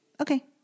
okay